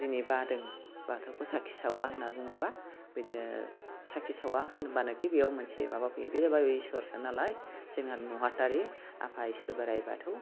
दिनै बादों बाथौखौ साखि सावा होनना बुङोबा बिदिनो साखि सावा होनबानोखि बेयाव मोनसे माबा फैयो बे जाबाय इसोरसो नालाय जोंहा नुहाथारि आफा इसोर बोराय बाथौ